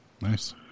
nice